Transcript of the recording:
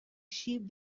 sheep